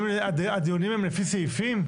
הדיונים הם לפי סעיפים?